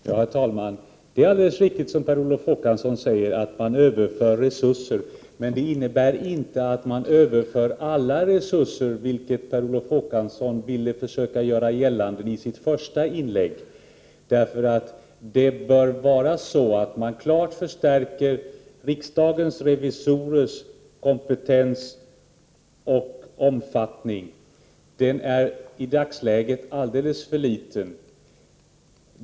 Herr talman! Det är alldeles riktigt som Per Olof Håkansson säger att man överför resurser. Men det innebär inte att man överför alla resurser, vilket Per Olof Håkansson ville försöka göra gällande i sitt första inlägg. Det bör vara så att man klart förstärker riksdagens revisorers kompetens och omfattning. Omfattningen är i dagsläget alldeles för liten.